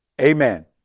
amen